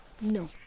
no